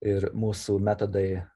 ir mūsų metodai